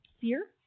fear